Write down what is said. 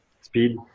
speed